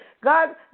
God